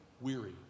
Weary